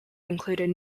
included